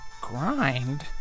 grind